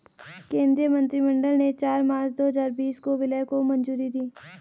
केंद्रीय मंत्रिमंडल ने चार मार्च दो हजार बीस को विलय को मंजूरी दी